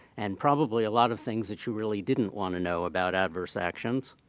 and probably a lot of things that you really didn't want to know about adverse actions,